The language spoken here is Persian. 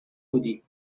بودی